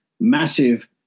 massive